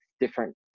different